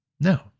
No